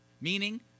meaning